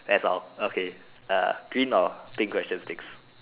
that's all okay uh green or pink questions next